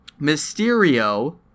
Mysterio